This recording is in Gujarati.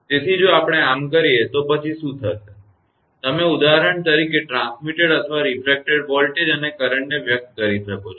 તેથી જો આપણે આમ કરીએ તો પછી શું થશે તમે ઉદાહરણ તરીકે પ્રસારિત અથવા રીફ્રેકટેડ વોલ્ટેજ અને કરંટને વ્યક્ત કરી શકો છો